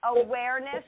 awareness